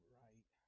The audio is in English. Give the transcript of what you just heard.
right